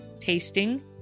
tasting